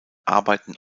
arbeiten